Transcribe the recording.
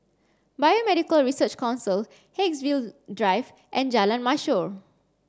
Biomedical Research Council Haigsville Drive and Jalan Mashor